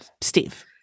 Steve